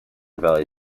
valley